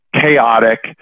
chaotic